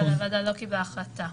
ולא קיבלה החלטה.